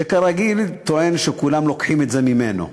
שכרגיל טוען שכולם לוקחים את זה ממנו.